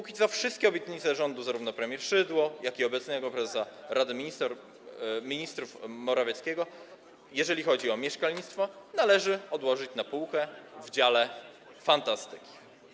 Dotychczas wszystkie obietnice rządu, zarówno premier Szydło, jak i obecnego prezesa Rady Ministrów Morawieckiego, jeżeli chodzi o mieszkalnictwo, należy odłożyć na półkę w dziale: fantastyka.